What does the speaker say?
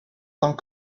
tant